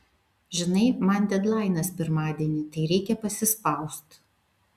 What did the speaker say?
žinai man dedlainas pirmadienį tai reikia pasispaust